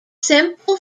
simple